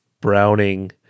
browning